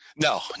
No